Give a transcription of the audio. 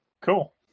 Cool